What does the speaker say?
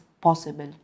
possible